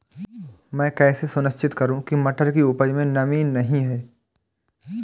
मैं कैसे सुनिश्चित करूँ की मटर की उपज में नमी नहीं है?